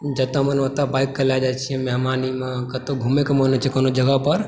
जतय मोन ओतय बाइककेँ लए जाइत छियै मेहमानीमे कतहु घूमयके मोन होइ छै कोनो जगहपर